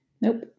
Nope